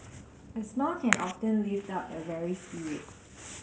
a smile can often lift up a weary spirit